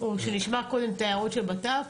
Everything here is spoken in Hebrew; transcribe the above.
או שנשמע קודם את ההערות של בט"פ?